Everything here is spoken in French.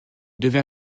devient